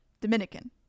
dominican